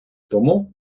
тому